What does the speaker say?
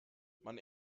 man